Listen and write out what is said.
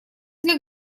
для